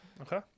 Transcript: Okay